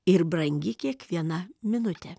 ir brangi kiekviena minutė